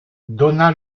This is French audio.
dona